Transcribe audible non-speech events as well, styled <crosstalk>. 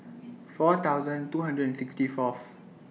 <noise> four thousand two hundred and sixty Fourth